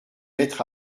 être